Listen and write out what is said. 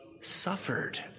suffered